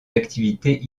activités